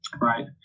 Right